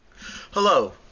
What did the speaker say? Hello